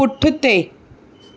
पुठिते